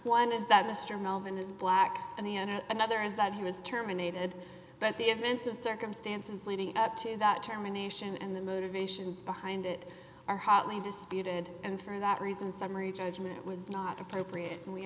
one is that mr moment is black and the end another is that he was terminated but the events of circumstances leading up to that germination and the motivations behind it are hotly disputed and for that reason summary judgment was not appropriate and we